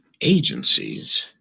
agencies